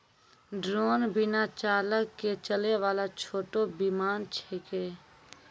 drone बिना चालक के चलै वाला छोटो विमान छेकै